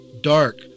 dark